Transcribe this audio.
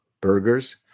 burgers